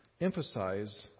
emphasize